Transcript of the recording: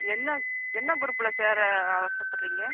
என்ன என்ன குரூப்பில் சேர ஆசைப்படறீங்க